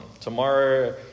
Tomorrow